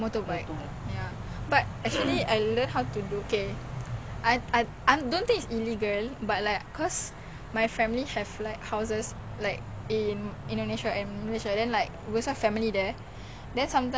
I can bawa already I mean if you is this going to be used against me but in singapore I have friends who takde lesen then they just bawa motor they just bawa as long as you tak kena tangkap